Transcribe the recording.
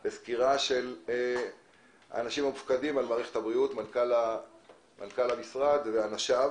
נפתח בסקירה של האנשים המופקדים על מערכת הבריאות מנכ"ל המשרד ואנשיו